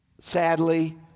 sadly